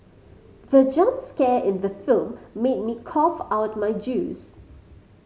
the jump scare in the film made me cough out my juice